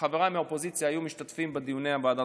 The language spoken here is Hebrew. חברי מהאופוזיציה היו משתתפים בדיוני ועדת